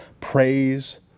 Praise